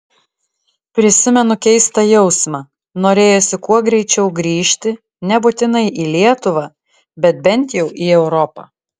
prisimenu keistą jausmą norėjosi kuo greičiau grįžti nebūtinai į lietuvą bet bent jau į europą